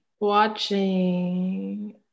Watching